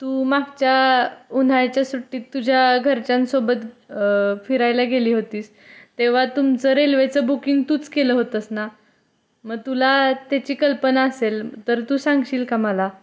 तू मागच्या उन्हाळ्याच्या सुट्टीत तुझ्या घरच्यांसोबत फिरायला गेली होतीस तेव्हा तुमचं रेल्वेचं बुकिंग तूच केलं होतंस ना मग तुला त्याची कल्पना असेल तर तू सांगशील का मला